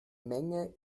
menge